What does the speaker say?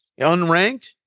unranked